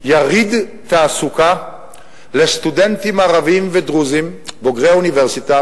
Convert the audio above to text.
יריד תעסוקה לסטודנטים ערבים ודרוזים בוגרי האוניברסיטה.